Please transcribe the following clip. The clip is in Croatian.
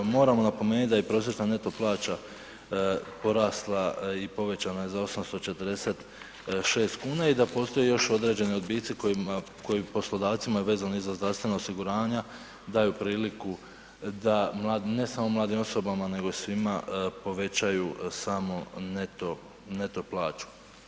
Moramo napomenuti da je prosječna neto plaća porasla i povećana je za 846,00 kn i da postoje još određeni odbici koji poslodavcima je vezano i za zdravstvena osiguranja, daju priliku da mladim, ne samo mladim osobama, nego i svima povećaju samu neto, neto plaću.